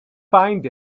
find